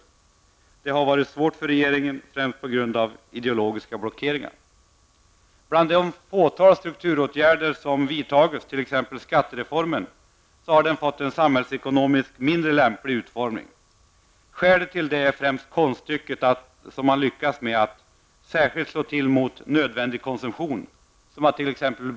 Det har varit svårt för regeringen, främst på grund av ideologiska blockeringar. Det fåtal strukturåtgärder som har vidtagits, t.ex. skattereformen, har fått en samhällsekonomiskt mindre lämplig utformning. Skälet till detta är främst konststycket som man lyckats med att särskilt slå till mot nödvändig konsumtion, t.ex.